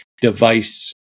device